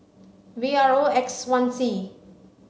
V R O X one C